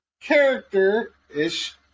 character-ish